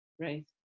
Right